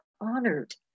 honored